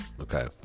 okay